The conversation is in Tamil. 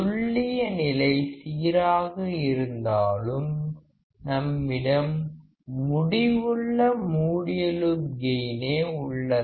துல்லிய நிலை சீராக இருந்தாலும் நம்மிடம் முடிவுள்ள மூடிய லூப் கெயினே உள்ளது